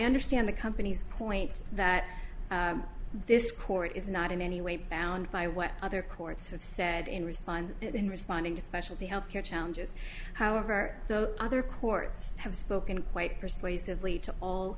understand the company's point that this court is not in any way bound by what other courts have said in response in responding to specialty healthcare challenges however the other courts have spoken quite persuasively to all